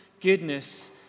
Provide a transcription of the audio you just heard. goodness